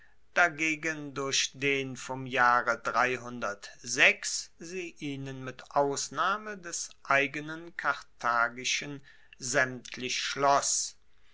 dagegen durch den vom jahre sie ihnen mit ausnahme des eigenen karthagischen saemtlich schloss